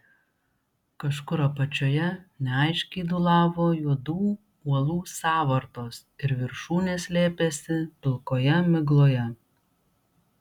kažkur apačioje neaiškiai dūlavo juodų uolų sąvartos ir viršūnės slėpėsi pilkoje migloje